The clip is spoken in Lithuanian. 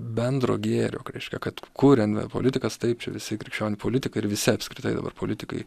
bendro gėrio reiškia kad kuriame politikas taip visi krikščionių politikai ir visi apskritai dabar politikai